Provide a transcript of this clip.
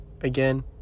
again